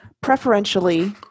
preferentially